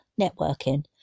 networking